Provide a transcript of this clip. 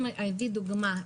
לדוגמה,